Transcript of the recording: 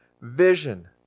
vision